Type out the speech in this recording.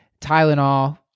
Tylenol